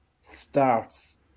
starts